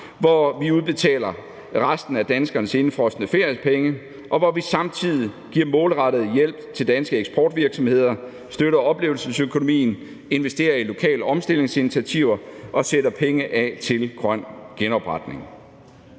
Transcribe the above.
hvor vi udbetaler resten af danskernes indefrosne feriepenge, og hvor vi samtidig giver målrettet hjælp til danske eksportvirksomheder, støtter oplevelsesøkonomien, investerer i lokale omstillingsinitiativer og sætter penge af til grøn genopretning.